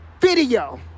video